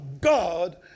God